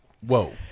Whoa